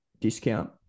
discount